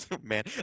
Man